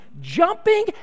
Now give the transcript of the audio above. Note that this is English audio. jumping